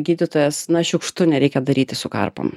gydytojas na šiukštu nereikia daryti su karpom